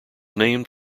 named